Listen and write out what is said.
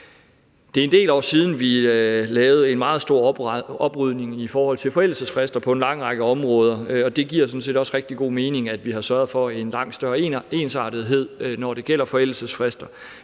Det er en del år siden, vi lavede en meget stor oprydning i forældelsesfristerne på en lang række områder, og det giver sådan set også rigtig god mening, at vi har sørget for en langt større ensartethed, når det gælder forældelsesfrister.